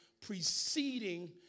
preceding